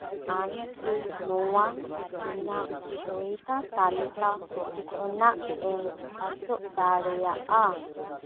ᱟᱢ ᱠᱤ ᱱᱚᱣᱟ ᱤᱧᱟᱜ ᱥᱳᱭᱫᱟ ᱛᱟᱞᱤᱠᱟ ᱠᱷᱚᱱᱟᱜ ᱮᱢ ᱚᱪᱚᱜ ᱫᱟᱲᱮᱭᱟᱜᱼᱟ